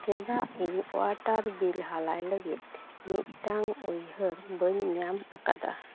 ᱪᱮᱫᱟᱜ ᱤᱧ water bill ᱦᱟᱞᱟᱭ ᱞᱟᱹᱜᱤᱫ ᱢᱤᱫᱴᱟᱝ ᱩᱭᱦᱟᱹᱨ ᱵᱟᱹᱧ ᱧᱟᱢ ᱟᱠᱟᱫᱟ